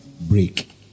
break